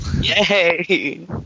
Yay